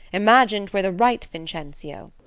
imagine twere the right vincentio.